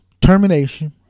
termination